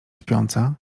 śpiąca